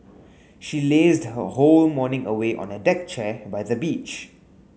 she lazed her whole morning away on a deck chair by the beach